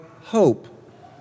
hope